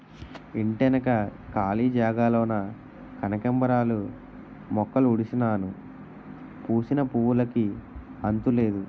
ఇంటెనక కాళీ జాగాలోన కనకాంబరాలు మొక్కలుడిసినాను పూసిన పువ్వులుకి అంతులేదు